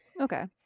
Okay